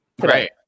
Right